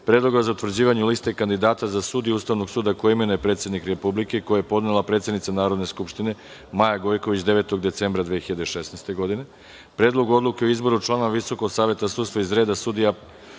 Predloga za utvrđivanje liste kandidata za sudije Ustavnog suda koje imenuje predsednik Republike, koji je podnela predsednica Narodne skupštine, Maja Gojković, 9. decembra 2016. godine; Predlog odluke o izboru članova Visokog saveta sudstva iz reda sudija